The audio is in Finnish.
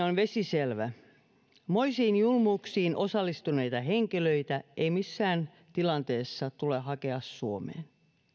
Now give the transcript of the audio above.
on vesiselvä moisiin julmuuksiin osallistuneita henkilöitä ei missään tilanteessa tule hakea suomeen